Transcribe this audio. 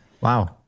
Wow